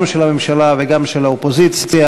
גם של הממשלה וגם של האופוזיציה.